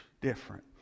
different